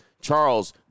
Charles